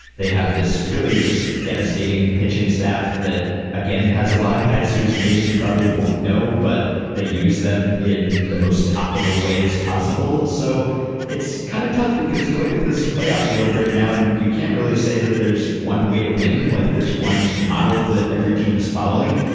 they have this really just devastating pitching staff that again has a lot of cases names you probably won't know but they use them in the most optimal way as possible. so it's kind of tough because you look at this playoff field right now and you can't really say that there's one way to win like there's one model that every team is following.